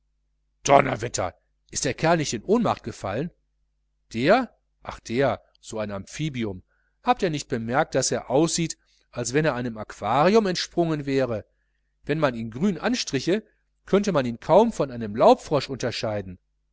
donnerwetter ist der kerl nicht in ohnmacht gefallen ach der so ein amphibium habt ihr nicht bemerkt daß er aussieht als wenn er einem aquarium entsprungen wäre wenn man ihn grün anstriche könnte man ihn von einem laubfrosch nicht mehr unterscheiden